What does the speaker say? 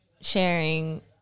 sharing